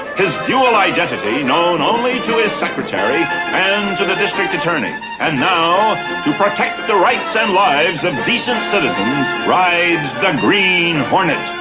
his dual identity known only his secretary and to the district attorney. and now to protect the the rights and lives of decent citizens rides the green hornet.